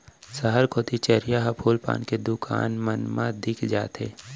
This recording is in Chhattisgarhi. सहर कोती चरिहा ह फूल पान के दुकान मन मा दिख जाथे